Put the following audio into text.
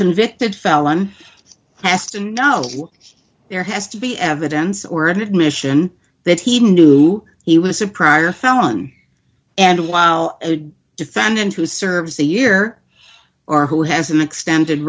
convicted felon has to know there has to be evidence or an admission that he knew he was a prior felon and while a defendant who serves a year or who has an extended